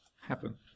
happen